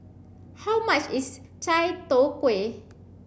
how much is Chai Tow Kuay